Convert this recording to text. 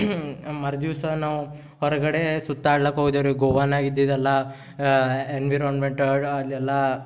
ಮರುದಿವ್ಸ ನಾವು ಹೊರಗಡೆ ಸುತ್ತಾಡ್ಲಿಕ್ ಹೋದೆವು ರಿ ಗೋವಾನಾಗ ಇದ್ದಿದ್ದೆಲ್ಲ ಎನ್ವಿರಾನ್ಮೆಂಟ್ ಅಲ್ಲೆಲ್ಲ